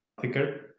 thicker